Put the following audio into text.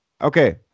Okay